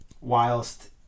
whilst